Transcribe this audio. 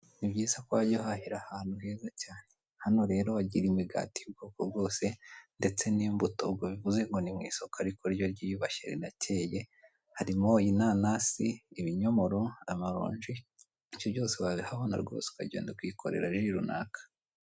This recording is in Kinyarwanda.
Ni byiza ko wajya uhahira ahantu heza cyane. Hano rero bagira imigati y ubwoko bwose ndetse n'imbuto, ubwo bivuze ngo ni mu isoko ariko ryo ryiyubashye rinakeye, harimo inanasi, ibinyomoro, amabanji, ibyo byose wabihabona rwose ukagenda ukikorera ji runaka.